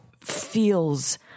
feels